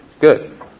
Good